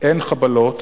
אין חבלות